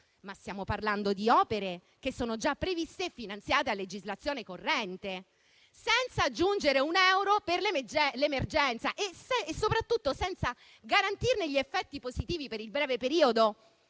ma stiamo parlando di opere che sono già previste e finanziate a legislazione corrente, senza aggiungere un euro per l'emergenza e soprattutto senza garantirne gli effetti positivi per il breve periodo.